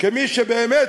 כמי שבאמת,